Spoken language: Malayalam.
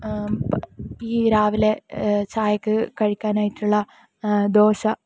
ഈ രാവിലെ ചായക്ക് കഴിക്കാനായിട്ടുള്ള ദോശ